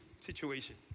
situation